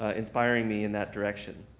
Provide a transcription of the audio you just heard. ah inspiring me in that direction.